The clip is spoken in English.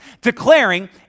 declaring